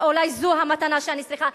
אולי זו המתנה שאני צריכה,